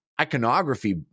iconography